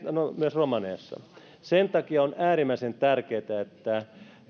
no myös romaniassa sen takia on äärimmäisen tärkeätä että